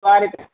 वारिट